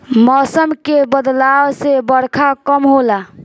मौसम के बदलाव से बरखा कम होला